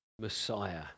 Messiah